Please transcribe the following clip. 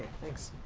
thanks.